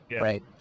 Right